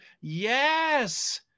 yes